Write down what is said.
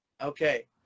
Okay